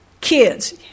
kids